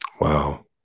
Wow